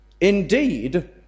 Indeed